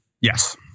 Yes